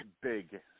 big